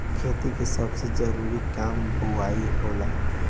खेती के सबसे जरूरी काम बोअनी होला